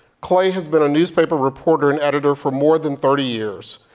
clay has been a newspaper reporter and editor for more than thirty years.